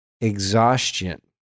exhaustion